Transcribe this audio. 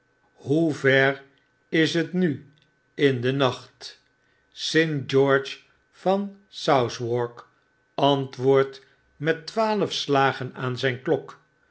hoe ver is het nu in den nacht st george van southwark antwoordtmettwaalfslagenaan zyn klok